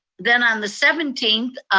then on the seventeenth,